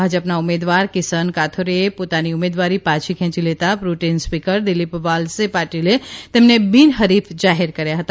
ભાજપના ઉમેદવાર કિસન કાથોરેએ પોતાની ઉમેદવારી પાછી ખેંચી લેતાં પ્રોટેન સ્પીકર દીલીપ વાલસે પાટીલે તેમને બીનહરીફ જાહેર કર્યા હતા